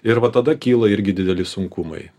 ir va tada kyla irgi dideli sunkumai